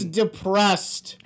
depressed